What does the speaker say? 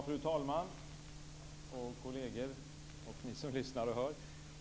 Fru talman, kolleger och ni som lyssnar!